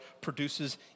produces